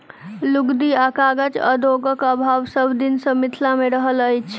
लुगदी आ कागज उद्योगक अभाव सभ दिन सॅ मिथिला मे रहल अछि